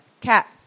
Cat